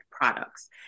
products